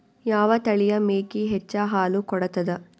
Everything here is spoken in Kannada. ಯಾವ ತಳಿಯ ಮೇಕಿ ಹೆಚ್ಚ ಹಾಲು ಕೊಡತದ?